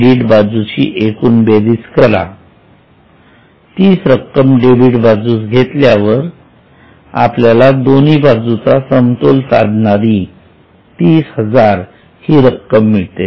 credit बाजूची एकूण बेरीज करा तीच रक्कम डेबीट बाजूस घेतल्यावर आपल्याला दोन्ही बाजूचा समतोल साधणारी तीस हजार ही रक्कम मिळते